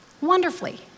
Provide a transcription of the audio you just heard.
wonderfully